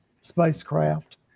spacecraft